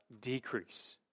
decrease